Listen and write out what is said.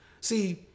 See